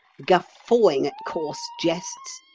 guffawing at coarse jests,